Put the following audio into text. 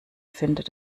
findet